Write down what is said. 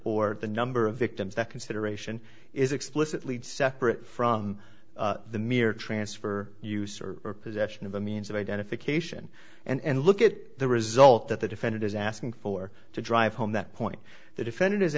or the number of victims that consideration is explicitly separate from the mere transfer use or possession of a means of identification and look at the result that the defendant is asking for to drive home that point the defendant is